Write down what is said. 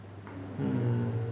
mm